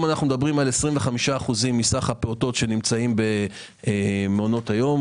אנו מדברים על 25% מסך הפעוטים שנמצאים במעונות היום.